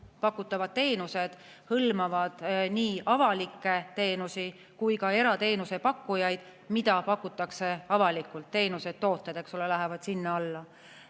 pakutavad teenused hõlmavad nii avalikke teenuseid kui ka erateenuseid, mida pakutakse avalikult, teenused ja tooted lähevad sinna alla.